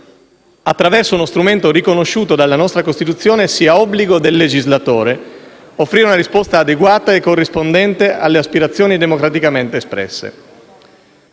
attraverso uno strumento riconosciuto dalla nostra Costituzione, sia obbligo del legislatore offrire una risposta adeguata e corrispondente alle aspirazioni democraticamente espresse.